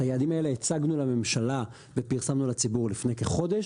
את היעדים האלה הצגנו לממשלה ופרסמנו לציבור לפני כחודש,